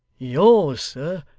yours, sir,